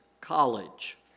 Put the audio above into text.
College